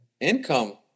income